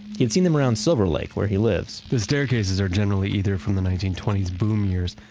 he'd seen them around silver lake, where he lives the staircases are generally either from the nineteen twenty s boom years,